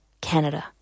Canada